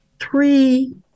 three